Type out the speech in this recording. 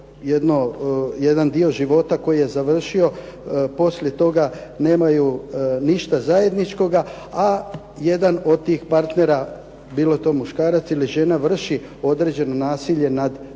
jedan dio života koji je završio poslije toga nemaju ništa zajedničkoga, a jedan od tih partnera, bilo to muškarac ili žena, vrši određeno nasilje nad drugim.